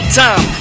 time